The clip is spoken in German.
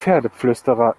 pferdeflüsterer